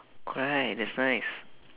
right that's nice